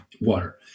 Water